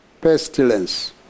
pestilence